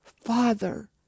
Father